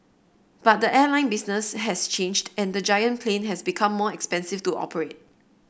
but the airline business has changed and the giant plane has become more expensive to operate